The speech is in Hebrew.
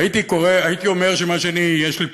הייתי אומר שמה שיש לי פה,